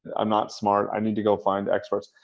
i'm not smart. i need to go find experts.